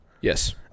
Yes